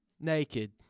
naked